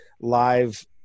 live